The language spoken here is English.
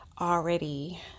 already